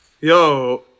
Yo